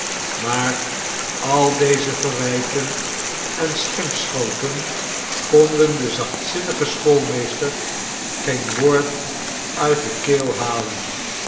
maar al deze verwijten en schimpschoten konden den zachtzinnigen schoolmeester geen woord uit de keel halen